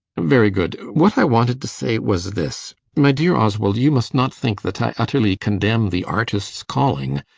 very good. what i wanted to say was this, my dear oswald you must not think that i utterly condemn the artist's calling.